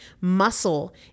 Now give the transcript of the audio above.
Muscle